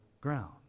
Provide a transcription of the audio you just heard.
ground